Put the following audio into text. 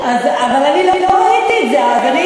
אבל אני לא ראיתי את זה אז,